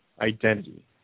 identity